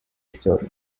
story